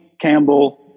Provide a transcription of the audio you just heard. Campbell